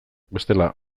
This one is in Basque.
bestela